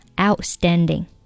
outstanding